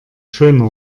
schöner